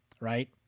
right